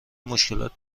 مشکلات